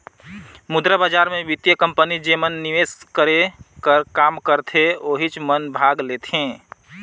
मुद्रा बजार मे बित्तीय कंपनी जेमन निवेस करे कर काम करथे ओहिच मन भाग लेथें